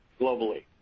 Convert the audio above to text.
globally